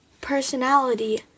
personality